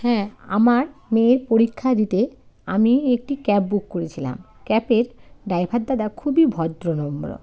হ্যাঁ আমার মেয়ের পরীক্ষা দিতে আমি একটি ক্যাব বুক করেছিলাম ক্যাবের ড্রাইভার দাদা খুবই ভদ্র নম্র